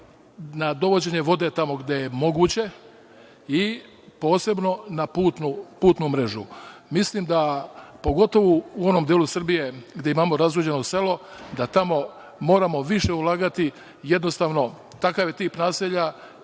na dovođenje vode tamo gde je moguće i posebno na putnu mrežu. Mislim da, pogotovo u onom delu Srbije gde imamo razvođeno selo, da tamo moramo više ulagati, jednostavno, takav je tip naselja